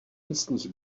místních